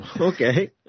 Okay